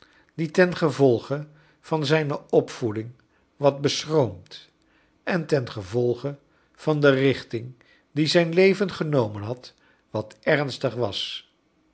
die tengevolge van zijne opvoeding wat beschroomd en tengevolge van de richting die zijn leven genomen had wat ernstig was